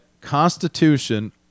constitution